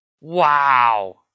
Wow